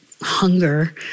hunger